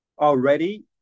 already